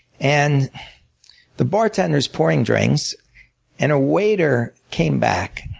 and the bartender is pouring drinks and a waiter came back